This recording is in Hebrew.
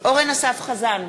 אורן אסף חזן,